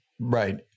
Right